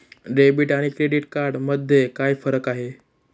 Debit आणि credit card मध्ये काय फरक आहे?